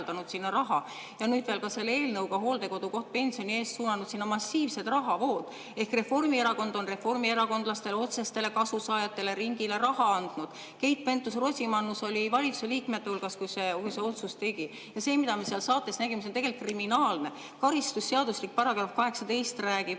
ja nüüd veel ka selle eelnõuga, hooldekodukoht pensioni eest, suunanud sinna massiivsed rahavood. Ehk Reformierakond on reformierakondlastele, otseste kasusaajate ringile raha andnud. Keit Pentus-Rosimannus oli valitsuse liikmete hulgas, kui see otsus tehti. Ja see, mida me seal saates nägime, oli tegelikult kriminaalne. Karistusseadustiku § 18 räägib